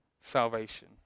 salvation